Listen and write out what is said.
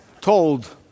told